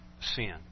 sin